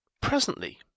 Presently